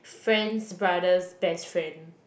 friend's brother's best friend